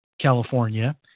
California